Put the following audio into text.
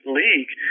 league